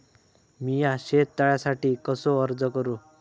मीया शेत तळ्यासाठी कसो अर्ज करू?